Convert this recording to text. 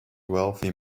wealthy